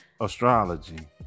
Astrology